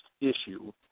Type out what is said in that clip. issue